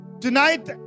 Tonight